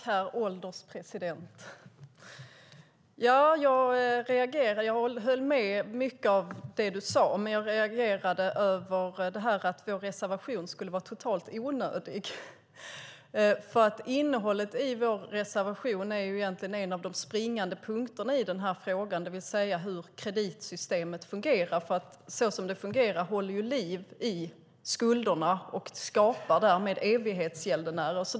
Herr ålderspresident! Jag håller med om mycket av vad Otto von Arnold sade, men jag reagerade över att vår reservation skulle vara totalt onödig. Innehållet i vår reservation är en av de springande punkterna i frågan, det vill säga hur kreditsystemet fungerar. Såsom det fungerar hålls skulderna vid liv och därmed skapas evighetsgäldenärer.